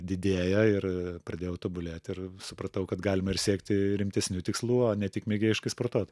didėja ir pradėjau tobulėt ir supratau kad galima ir siekti rimtesnių tikslų o ne tik mėgėjiškai sportuot